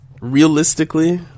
Realistically